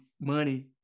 money